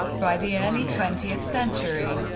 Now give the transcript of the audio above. by the early twentieth century,